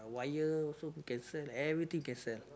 wire also can sell everything can sell